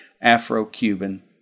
Afro-Cuban